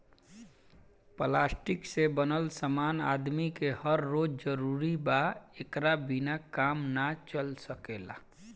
plastic से बनल समान आदमी के हर रोज जरूरत बा एकरा बिना काम ना चल सकेला